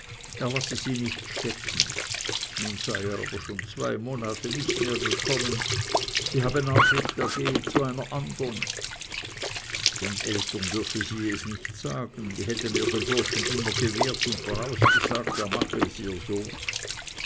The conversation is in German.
er lasse sie nicht stecken nun sei er aber schon zwei monate nicht mehr gekommen sie habe nachricht er gehe zu einer andern den eltern dürfe sie es nicht sagen die hätten ihr den burschen immer gewehrt und vorausgesagt er mache es ihr so